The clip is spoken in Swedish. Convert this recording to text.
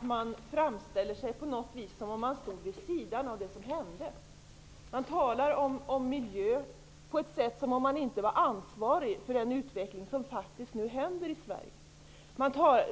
Man framställer sig som om man stod vid sidan av det som händer. Kds talar om miljön som om man inte var ansvarig för den utveckling som sker i Sverige.